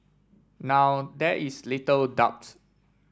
now there is little doubts